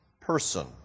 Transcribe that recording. person